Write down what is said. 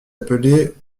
appelé